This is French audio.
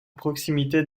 proximité